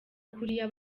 kuriya